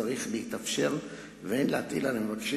צריך להתאפשר ואין להטיל על המבקשים